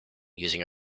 using